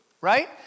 right